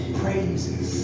praises